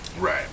right